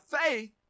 faith